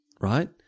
right